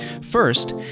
First